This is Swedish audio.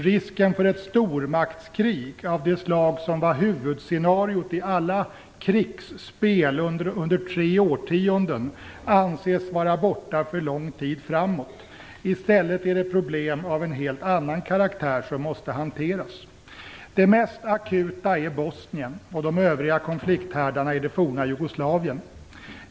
Risken för ett stormaktskrig, av det slag som var huvudscenariot i alla krigsspel under tre årtionden, anses vara borta för lång tid framåt. I stället är det problem av en helt annan karaktär som måste hanteras. Det mest akuta är Bosnien och de övriga konflikthärdarna i det forna Jugoslavien.